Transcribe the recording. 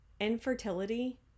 infertility